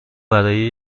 برای